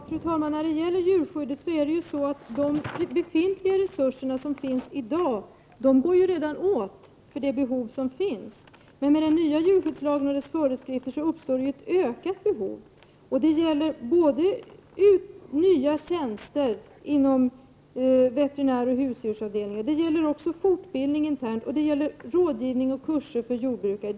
Fru talman! Vad gäller djurskyddet går de befintliga resurserna redan i dag åt för täckande av de föreliggande behoven. Genom föreskrifterna i den nya djurskyddslagen skapas en ökning av behoven. Det gäller nya tjänster inom veterinäroch husdjursavdelningen, intern fortbildning, rådgivning och kurser för jordbrukare.